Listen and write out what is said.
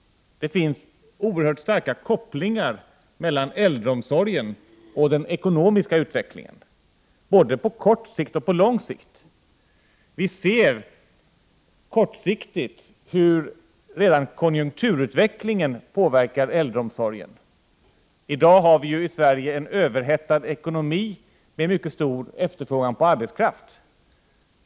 Det finns oerhört starka kopplingar på både kort och lång sikt mellan äldreomsorgen 19 och den ekonomiska utvecklingen. Kortsiktigt kan vi se hur konjunkturutvecklingen påverkar äldreomsorgen. Vi har i dag i Sverige en överhettad ekonomi med mycket stor efterfrågan på arbetskraft.